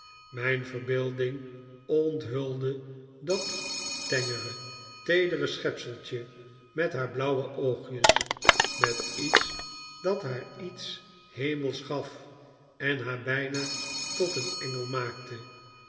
mijn verbeelding omhulde dat tengere teedere schepseltje met naar blauwe oogjes met iets dat naar iets hemelsch gaf en naar bijna tot een engel maakte